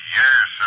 yes